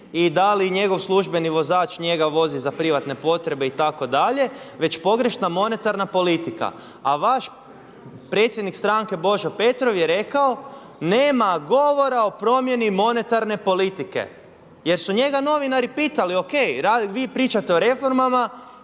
i da li njegov službeni vozač njega vozi za privatne potrebe itd., već pogrešna monetarna politika. A vaš predsjednik stranke Božo Petrov jer rekao nema govora o promjeni monetarne politike. Jer su njega novinari pitali, O.K, vi pričate o reformama,